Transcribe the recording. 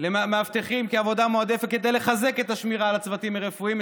מאבטחים כעבודה מועדפת כדי לחזק את השמירה על הצוותים הרפואיים,